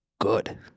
good